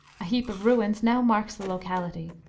a heap of ruins now marks the locality.